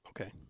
okay